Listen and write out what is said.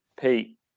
Pete